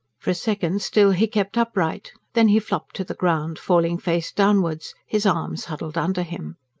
for a second still he kept upright then he flopped to the ground, falling face downwards, his arms huddled under him.